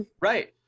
Right